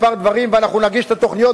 ואנחנו נגיש את התוכניות,